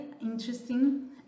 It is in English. interesting